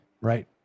Right